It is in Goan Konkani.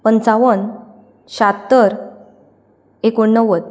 पंचावन शात्तर एकुण्णवद